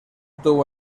tuvo